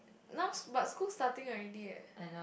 now s~ but school starting already eh